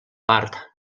part